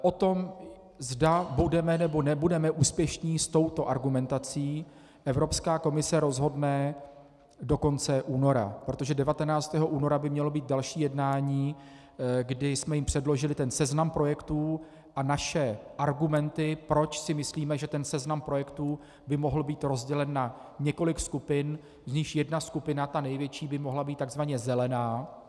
O tom, zda budeme, nebo nebudeme úspěšní s touto argumentací, Evropská komise rozhodne do konce února, protože 19. února by mělo být další jednání, kdy jsme jim předložili seznam projektů a naše argumenty, proč si myslíme, že ten seznam projektů by mohl být rozdělen na několik skupin, z nichž jedna skupina, ta největší, by mohla být tzv. zelená.